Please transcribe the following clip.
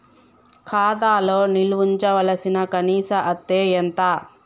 ఖాతా లో నిల్వుంచవలసిన కనీస అత్తే ఎంత?